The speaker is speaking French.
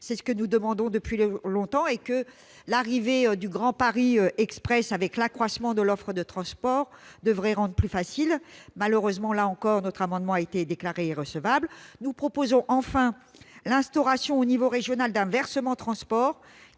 cette évolution depuis longtemps, et l'arrivée du Grand Paris Express, avec l'accroissement de l'offre de transport, devrait la rendre plus facile. Malheureusement, là encore, notre amendement a été déclaré irrecevable. Enfin, nous proposons l'instauration au niveau régional d'un versement transport